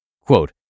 Quote